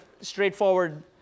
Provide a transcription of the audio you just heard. straightforward